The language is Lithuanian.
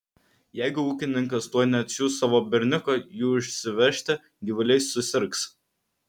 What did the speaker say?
jeigu ūkininkas tuoj neatsiųs savo berniuko jų išsivežti gyvuliai susirgs